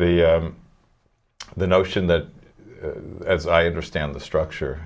the the notion that as i understand the structure